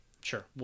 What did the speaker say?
sure